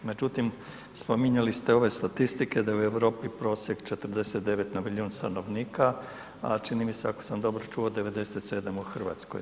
Međutim, spominjali ste ove statistike da je u Europi prosjek 49 na milijun stanovnika a čini mi se ako sam dobro čuo 97 u Hrvatskoj.